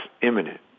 imminent